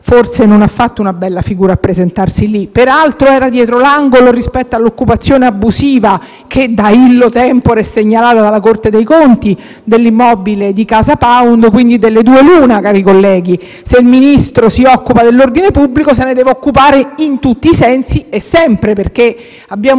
forse non ha fatto una bella figura a presentarsi lì. Peraltro, era dietro l'angolo rispetto all'occupazione abusiva, da *illo tempore* segnalata dalla Corte dei conti, dell'immobile di CasaPound. Delle due l'una, cari colleghi: se il Ministro si occupa dell'ordine pubblico, se ne deve occupare in tutti i sensi e sempre. Abbiamo